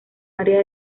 área